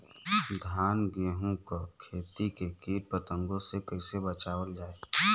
धान गेहूँक खेती के कीट पतंगों से कइसे बचावल जाए?